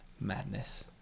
Madness